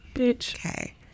Okay